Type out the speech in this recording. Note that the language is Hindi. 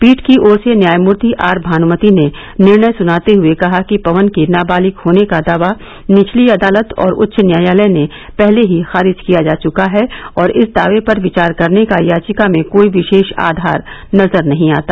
पीठ की ओर से न्यायमूर्ति आर भानुमति ने निर्णय सुनाते हुए कहा कि पवन के नाबालिग होने का दावा निचली अदालत और उच्च न्यायालय ने पहले ही खारिज किया जा चुका है और इस दार्व पर विचार करने का याचिका में कोई विशेष आधार नजर नहीं आता